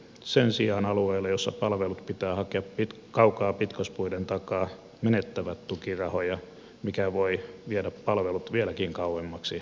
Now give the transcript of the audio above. sen sijaan alueet joilla palvelut pitää hakea kaukaa pitkospuiden takaa menettävät tukirahoja mikä voi viedä palvelut vieläkin kauemmaksi näiltä alueilta